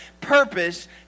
purpose